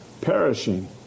perishing